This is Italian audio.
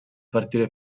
partire